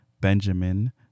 Benjamin